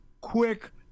quick